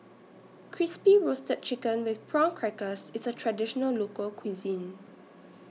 Crispy Roasted Chicken with Prawn Crackers IS A Traditional Local Cuisine